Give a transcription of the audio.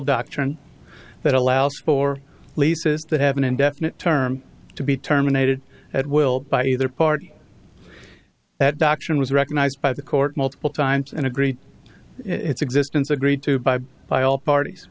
doctrine that allows for leases that have an indefinite term to be terminated at will by either party at auction was recognized by the court multiple times and agreed its existence agreed to by by all parties